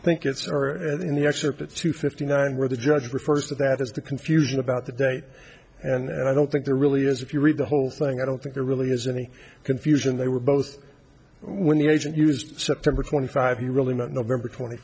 think it's or at in the excerpt at two fifty nine where the judge refers to that as the confusion about the date and i don't think there really is if you read the whole thing i don't think there really is any confusion they were both when the agent used september twenty five you really meant november twenty